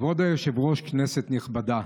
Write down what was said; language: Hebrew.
כבוד היושב-ראש, כנסת נכבדה,